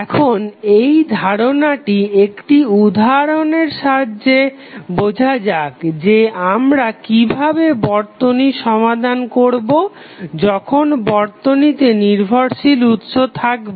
এখন এই ধারনাটি একটি উদাহরণের সাহায্যে বোঝা যাক যে আমরা কিভাবে বর্তনী সমাধান করবো যখন বর্তনীতে নির্ভরশীল উৎস থাকবে